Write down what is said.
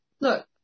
look